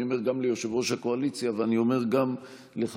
אני אומר גם ליושב-ראש הקואליציה ואני אומר גם לך,